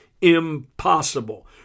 impossible